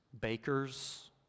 bakers